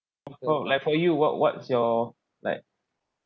for for like for you what what's your like